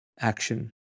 action